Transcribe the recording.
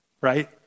right